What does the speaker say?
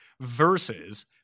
versus